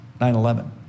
9-11